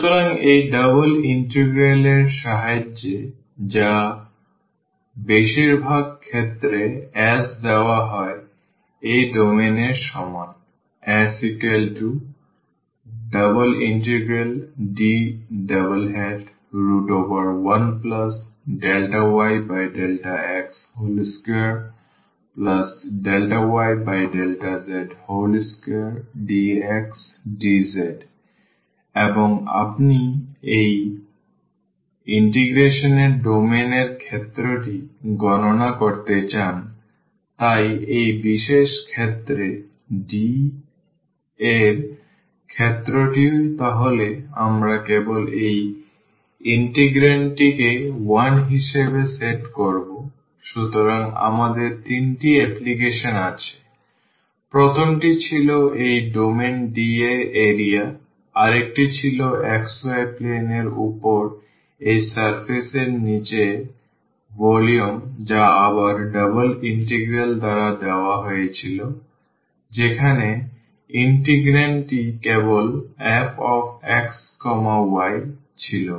সুতরাং এই double integral এর সাহায্যে যা বেশিরভাগ ক্ষেত্রে S দেওয়া হয় এই ডোমেনের সমান S∬D1∂y∂x2∂y∂z2dxdz এবং আপনি যদি ইন্টিগ্রেশন এর ডোমেন এর ক্ষেত্রটি গণনা করতে চান তাই এই বিশেষ ক্ষেত্রে D এর ক্ষেত্রটি তাহলে আমরা কেবল এই ইন্টিগ্রান্ডটিকে 1 হিসাবে সেট করব সুতরাং আমাদের তিনটি অ্যাপ্লিকেশন আছে প্রথমটি ছিল এই ডোমেইন D এর এরিয়া আরেকটি ছিল xy plane এর উপর এই সারফেস এর নীচে ভলিউম যা আবার ডাবল ইন্টিগ্রাল দ্বারা দেওয়া হয়েছিল যেখানে ইন্টিগ্রান্ডটি কেবল fx y ছিল